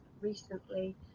recently